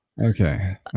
Okay